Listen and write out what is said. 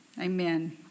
Amen